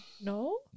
no